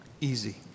easy